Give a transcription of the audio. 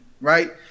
Right